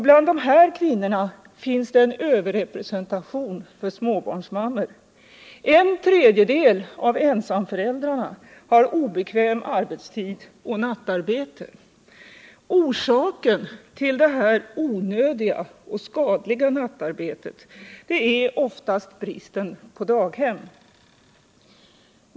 Bland dessa kvinnor finns en överrepresentation av småbarnsmammor. En tredjedel av ensamföräldrarna har obekväm arbetstid och nattarbete. Orsaken till detta onödiga och skadliga nattarbete är oftast bristen på daghem.